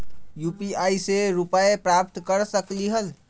UPI से रुपए प्राप्त कर सकलीहल?